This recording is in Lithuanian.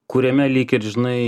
kuriame lyg ir žinai